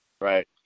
Right